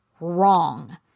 wrong